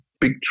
big